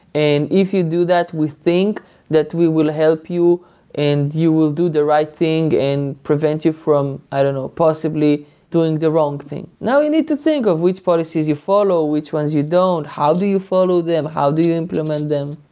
and if you do that, we think that we will help you and you will do the right things and prevent you from i don't know, possibly doing the wrong thing. now you need to think of which policies you follow? which ones you don't? how do you follow them? how do implement them?